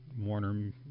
Warner